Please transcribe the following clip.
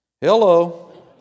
Hello